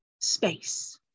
space